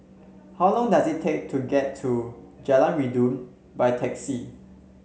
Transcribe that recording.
how long does it take to get to Jalan Rindu by taxi